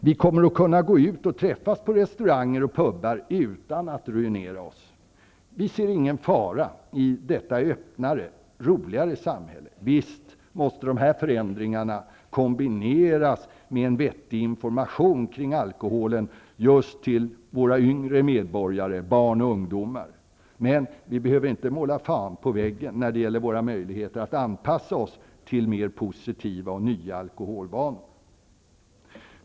Vi kommer att kunna gå ut och träffas på restauranger och pubar utan att ruinera oss. Vi ser ingen fara i detta öppnare, roligare samhälle. Visst måste de här förändringarna kombineras med en vettig information kring alkoholen just till våra yngre medborgare, barn och ungdomar. Men vi behöver inte måla fan på väggen när det gäller våra möjligheter att anpassa oss till mer positiva och nya alkoholvanor.